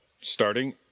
starting